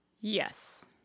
Yes